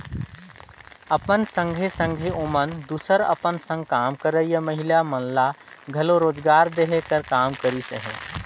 अपन संघे संघे ओमन दूसर अपन संग काम करोइया महिला मन ल घलो रोजगार देहे कर काम करिस अहे